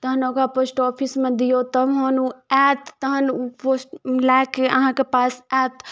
तहन ओकरा पोस्टऑफिसमे दियौ तब माने आयत तहन लए कऽ अहाँके पास आयत